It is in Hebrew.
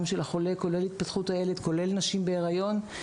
לחולה כולל התפתחות הילד וכולל נשים בהיריון.